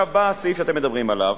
אז עכשיו בא הסעיף שאתם מדברים עליו,